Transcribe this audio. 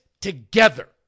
together